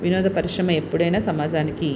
వినోద పరిశ్రమ ఎపుడైనా సమాజానికి